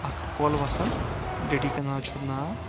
اکھ کول وَسان ڈٔڈی کَنال چُھ تَتھ ناو